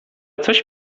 coś